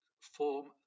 form